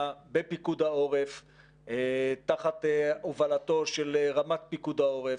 בפיקוד העורף תחת הובלתו של רמ"ט פיקוד העורף.